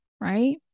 right